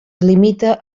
limita